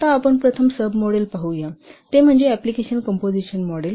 आता आपण प्रथम सब मॉडेल पाहूया ते म्हणजे एप्लिकेशन काम्पोजिशन मॉडेल